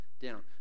down